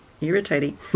irritating